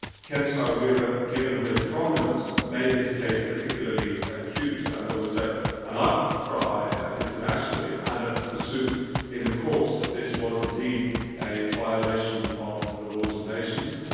ken saro wiwa, ah given his prominence, made this case particularly acute, and there was ah an ah but outcry internationally and a pursuit in the courts that this was indeed a violation of the laws of nations,